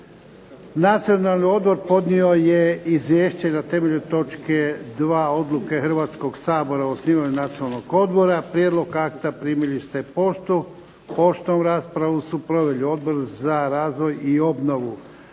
Nacionalni odbor podnio je izvješće na temelju točke 2. Odluke Hrvatskog sabora o osnivanju Nacionalnog odbora. Prijedlog akta primili ste poštom. Raspravu su proveli Odbor za razvoj i obnovu.